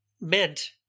meant